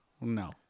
no